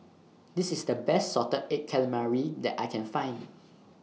This IS The Best Salted Egg Calamari that I Can Find